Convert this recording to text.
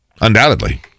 Undoubtedly